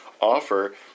offer